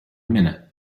minute